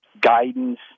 guidance